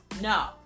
No